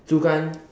主干